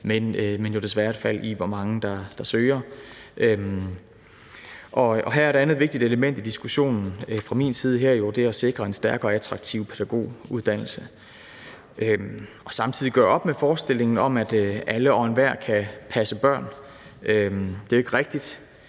desværre et fald i, hvor mange der søger. Her handler et andet vigtigt element i diskussionen jo fra min side om at sikre en stærk og attraktiv pædagoguddannelse og samtidig gøre op med forestillingen om, at alle og enhver kan passe børn. Det er jo ikke rigtigt.